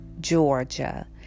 Georgia